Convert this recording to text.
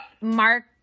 Mark